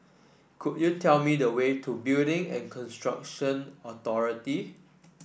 could you tell me the way to Building and Construction Authority